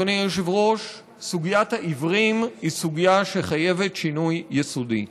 אדוני היושב-ראש: סוגיית העיוורים היא סוגיה שחייבת שינוי יסודי.